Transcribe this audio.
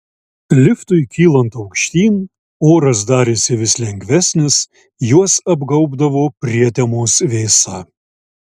liftui kylant aukštyn oras darėsi vis lengvesnis juos apgaubdavo prietemos vėsa